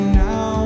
now